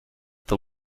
the